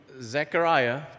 Zechariah